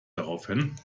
daraufhin